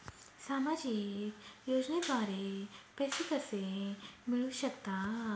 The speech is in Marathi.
सामाजिक योजनेद्वारे पैसे कसे मिळू शकतात?